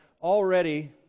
already